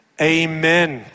Amen